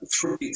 three